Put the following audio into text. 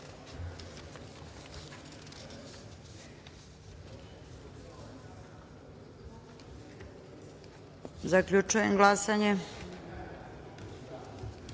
Zaključujem glasanje: